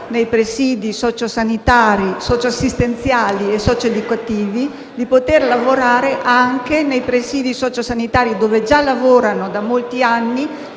nei presidi socio-sanitari, socioassistenziali e socioeducativi di poter lavorare anche nei presidi sociosanitari in cui già lavorano da molti anni